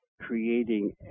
creating